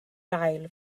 gael